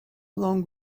long